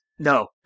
No